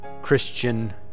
Christian